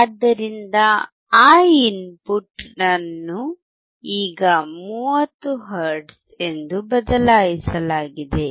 ಆದ್ದರಿಂದ ಆ ಇನ್ಪುಟ್ ಅನ್ನು ಈಗ 30 ಹರ್ಟ್ಜ್ ಎಂದು ಬದಲಾಯಿಸಲಾಗಿದೆ